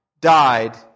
died